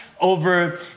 over